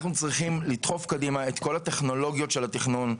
אנחנו צריכים לדחוף קדימה את כל הטכנולוגיות של התכנון.